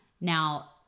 Now